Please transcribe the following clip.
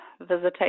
visitation